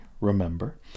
remember